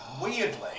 Weirdly